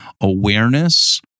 awareness